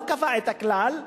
הוא קבע את הכלל,